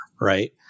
right